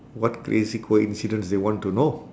what crazy coincidence they want to know